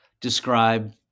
describe